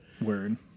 Word